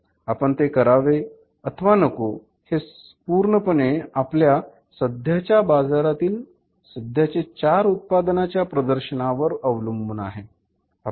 आपण ते करावे अथवा नको हे पूर्णपणे आपल्या सध्याच्या बाजारांमधील सध्याचे चार उत्पादनांच्या प्रदर्शनावर अवलंबून आहे